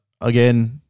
again